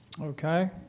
Okay